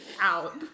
out